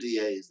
DAs